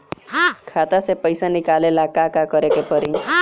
खाता से पैसा निकाले ला का का करे के पड़ी?